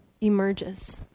emerges